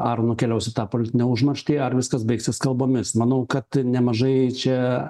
ar nukeliaus į tą politinę užmarštį ar viskas baigsis kalbomis manau kad nemažai čia